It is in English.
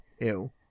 Ew